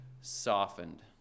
softened